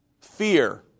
fear